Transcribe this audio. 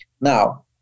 now